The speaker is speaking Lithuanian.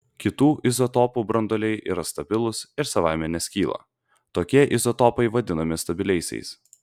kitų izotopų branduoliai yra stabilūs ir savaime neskyla tokie izotopai vadinami stabiliaisiais